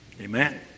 Amen